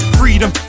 freedom